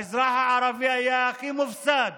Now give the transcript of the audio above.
האזרח הערבי היה הכי מופסד